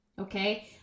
okay